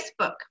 Facebook